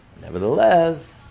Nevertheless